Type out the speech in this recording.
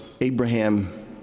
Abraham